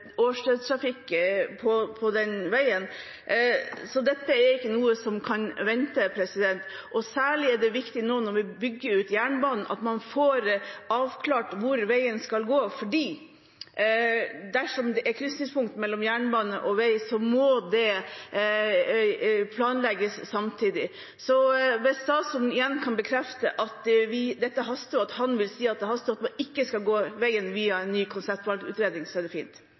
på bortimot 30 000 på den veien, så dette er ikke noe som kan vente. Særlig er det viktig, nå når vi bygger ut jernbanen, at man får avklart hvor veien skal gå, for dersom det er krysningspunkt mellom jernbane og vei, må det planlegges samtidig. Så hvis statsråden igjen kan bekrefte at dette haster, at han vil si at det haster, og at man ikke skal gå veien via en ny konseptvalgutredning, er det fint.